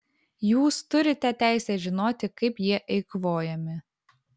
jūs turite teisę žinoti kaip jie eikvojami